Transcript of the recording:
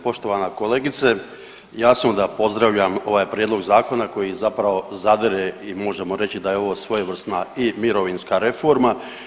Poštovana kolegice jasno da pozdravljam ovaj prijedlog zakona koji zapravo zadire i možemo reći da je ovo svojevrsna i mirovinska reforma.